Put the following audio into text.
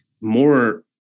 more